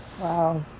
Wow